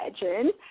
imagine